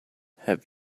have